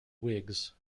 whigs